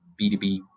B2B